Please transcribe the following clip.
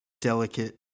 delicate